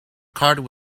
card